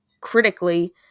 critically